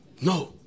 No